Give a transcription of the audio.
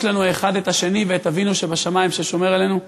יש לנו אחד את השני ואת אבינו שבשמים ששומר עלינו.